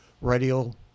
radial